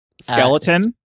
skeleton